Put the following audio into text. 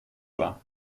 war